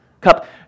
Cup